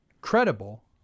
credible